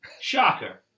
Shocker